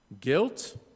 guilt